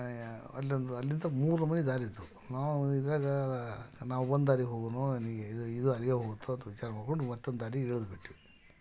ಅಲ್ಲೊಂದು ಅಲ್ಲೆಂಥ ಮೂರು ನಮೂನಿ ದಾರಿ ಇದ್ದವು ನಾವು ಇದ್ರಾಗ ನಾವು ಒಂದು ದಾರಿಗೆ ಹೋಗೋಣ ಇದು ಇದು ಅಲ್ಲಿಗೆ ಹೋಗುತ್ತೆ ಅಂತ ವಿಚಾರ ಮಾಡಿಕೊಂಡು ಮತ್ತೊಂದು ದಾರಿಗೆ ಇಳಿದ್ಬಿಟ್ವಿ